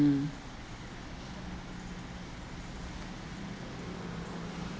mm